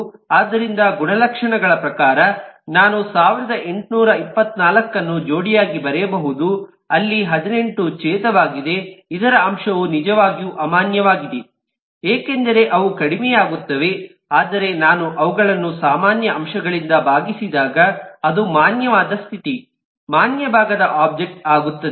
ಆದ್ದರಿಂದ ಗುಣಲಕ್ಷಣಗಳ ಪ್ರಕಾರ ನಾನು 1824 ಅನ್ನು ಜೋಡಿಯಾಗಿ ಬರೆಯಬಹುದು ಅಲ್ಲಿ 18 ಛೇಧವಾಗಿದೆ ಇದರ ಅಂಶವು ನಿಜವಾಗಿಯು ಅಮಾನ್ಯವಾಗಿದೆ ಏಕೆಂದರೆ ಅವು ಕಡಿಮೆಯಾಗುತ್ತವೆ ಆದರೆ ನಾನು ಅವುಗಳನ್ನು ಸಾಮಾನ್ಯ ಅಂಶಗಳಿಂದ ಭಾಗಿಸಿದಾಗ ಅದು ಮಾನ್ಯವಾದ ಸ್ಥಿತಿ ಮಾನ್ಯ ಭಾಗದ ಒಬ್ಜೆಕ್ಟ್ ಆಗುತ್ತದೆ